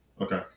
Okay